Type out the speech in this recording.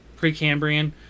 Precambrian